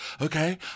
okay